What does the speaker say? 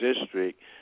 district